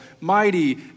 mighty